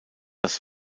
das